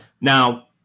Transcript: Now